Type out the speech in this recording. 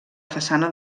façana